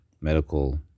medical